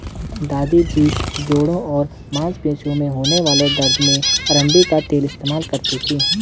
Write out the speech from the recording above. दादी जी जोड़ों और मांसपेशियों में होने वाले दर्द में अरंडी का तेल इस्तेमाल करती थीं